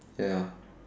ya